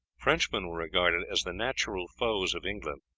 frenchmen were regarded as the natural foes of england,